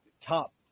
top